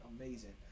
amazing